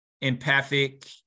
empathic